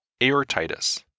aortitis